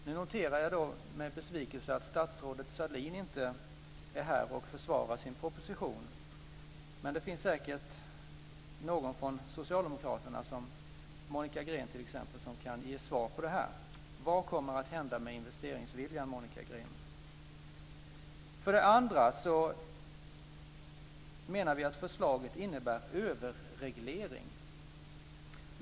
Nu noterar jag med besvikelse att statsrådet Sahlin inte är här och försvarar sin proposition, men det finns säkert någon från Socialdemokraterna, som t.ex. Monica Green, som kan ge svar. Vad kommer att hända med investeringsviljan, Monica Green? För det andra menar vi att förslaget innebär överreglering.